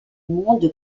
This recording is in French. monde